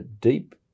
deep